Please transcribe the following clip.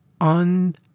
on